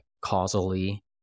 causally